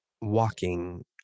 walking